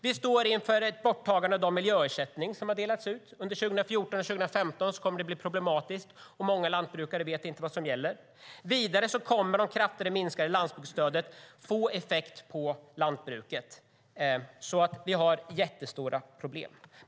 Vi står inför ett borttagande av de miljöersättningar som har delats ut. Under 2014 och 2015 kommer det att bli problematiskt, och många lantbrukare vet inte vad som gäller. Vidare kommer det kraftigt minskade landsbygdsstödet att få effekt på lantbruket. Vi har jättestora problem.